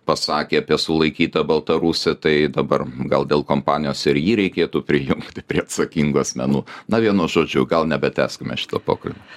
pasakė apie sulaikytą baltarusį tai dabar gal dėl kompanijos ir jį reikėtų prijungti prie atsakingų asmenų na vienu žodžiu gal nebetęskime šito pokalbio